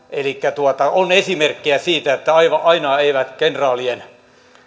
elikkä on esimerkkejä siitä että aina eivät kenraalien